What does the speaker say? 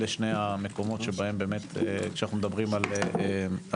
אלה שני המקומות שבהם כשאנחנו מדברים על תפוצות.